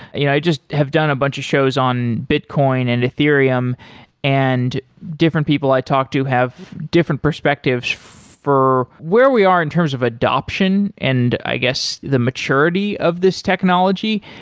i just have done a bunch of shows on bitcoin and ethereum and different people i talk to have different perspective for where we are in terms of adoption and i guess, the maturity of this technology.